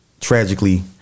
tragically